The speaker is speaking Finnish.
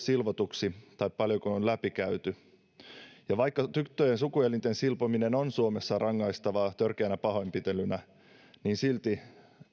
silvotuksi tai paljonko tapauksia on läpikäyty vaikka tyttöjen sukuelinten silpominen on suomessa rangaistavaa törkeänä pahoinpitelynä silti